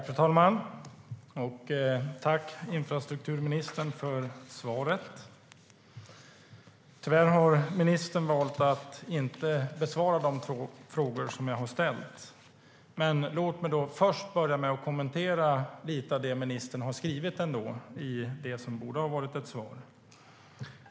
Fru talman! Jag tackar infrastrukturministern för svaret. Tyvärr har ministern valt att inte besvara de två frågor jag har ställt, men låt mig börja med att kommentera lite av det ministern ändå sa i det som borde ha varit ett svar.